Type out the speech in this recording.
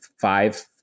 five